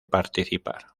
participar